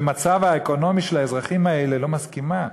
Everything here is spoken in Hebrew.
במצב האקונומי של האזרחים האלה לא מסכימה לכך.